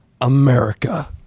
america